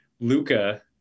Luca